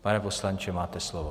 Pane poslanče, máte slovo.